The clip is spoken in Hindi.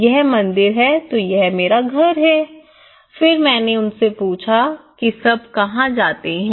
यह मंदिर है तो यह मेरा घर है फिर मैंने उनसे पूछा कि सब कहाँ जाते हैं